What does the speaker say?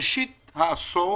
בראשית העשור